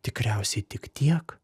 tikriausiai tik tiek